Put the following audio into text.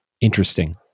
interesting